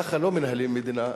ככה לא מנהלים מדינה,